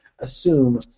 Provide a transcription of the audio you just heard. Assume